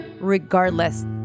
regardless